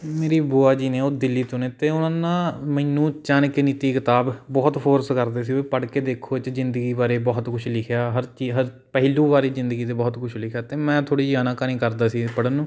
ਮੇਰੀ ਭੂਆ ਜੀ ਨੇ ਉਹ ਦਿੱਲੀ ਤੋਂ ਨੇ ਅਤੇ ਉਹਨਾਂ ਨੇ ਨਾ ਮੈਨੂੰ ਚਾਣਕਿਆ ਨੀਤੀ ਕਿਤਾਬ ਬਹੁਤ ਫੋਰਸ ਕਰਦੇ ਸੀ ਵੀ ਪੜ੍ਹ ਕੇ ਦੇਖੋ ਉਹ 'ਚ ਜ਼ਿੰਦਗੀ ਬਾਰੇ ਬਹੁਤ ਕੁਛ ਲਿਖਿਆ ਹਰ ਚੀਜ਼ ਹਰ ਪਹਿਲੂ ਬਾਰੇ ਜ਼ਿੰਦਗੀ ਦੇ ਬਹੁਤ ਕੁਛ ਲਿਖਿਆ ਅਤੇ ਮੈਂ ਥੋੜ੍ਹੀ ਜਿਹੀ ਆਨਾ ਕਾਨੀ ਕਰਦਾ ਸੀ ਪੜ੍ਹਨ ਨੂੰ